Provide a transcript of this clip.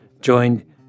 joined